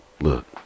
Look